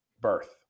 birth